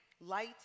light